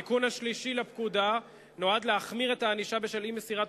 התיקון השלישי לפקודה נועד להחמיר את הענישה בשל אי-מסירת